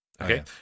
Okay